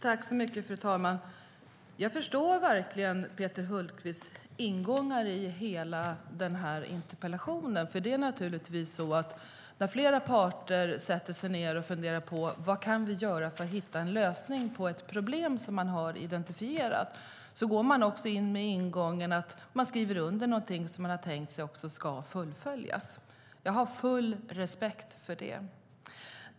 Fru talman! Jag förstår Peter Hultqvists ingångar i interpellationen. När flera parter funderar över vad de kan göra för att hitta en lösning på ett identifierat problem går de också in med att de skriver under något som är tänkt att fullföljas. Jag har full respekt för det.